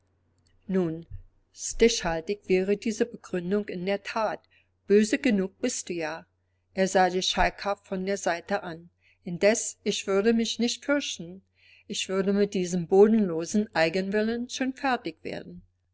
nun stichhaltig wäre diese begründung in der that böse genug bist du ja er sah sie schalkhaft von der seite an indes ich würde mich nicht fürchten ich würde mit diesem bodenlosen eigenwillen schon fertig werden